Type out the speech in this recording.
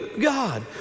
God